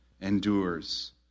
endures